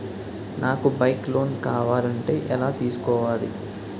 నాకు bike loan కావాలంటే ఎలా తీసుకోవాలి?